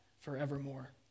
forevermore